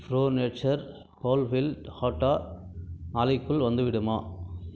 bro nature whole wheat atta நாளைக்குள் வந்துவிடுமா